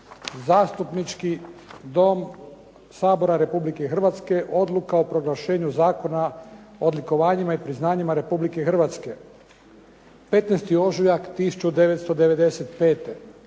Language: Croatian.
Zastupnički dom Sabora Republike Hrvatske, odluka o proglašenju Zakona o odlikovanjima i priznanjima Republike Hrvatske, 15. ožujak 1995.,